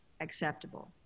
acceptable